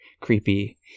Creepy